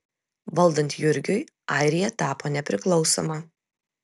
valdant jurgiui airija tapo nepriklausoma